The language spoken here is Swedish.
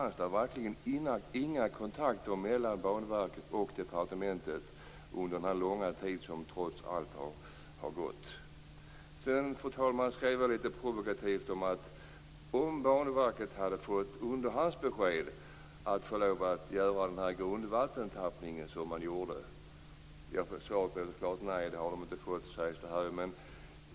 Har det verkligen inte tagits några kontakter mellan Banverket och departementet under den långa tid som trots allt har gått? Fru talman! Jag skrev litet provokativt och frågade om Banverket hade fått underhandsbesked om att man fick göra den grundvattentappning som man gjorde. Jag får här svaret att Banverket inte har fått det.